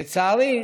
לצערי,